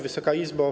Wysoka Izbo!